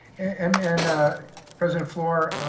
and and president flour,